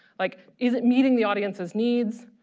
like is it meeting the audience's needs?